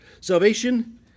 Salvation